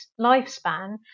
lifespan